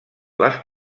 les